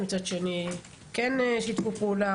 מצד שני כן שיתפו פעולה.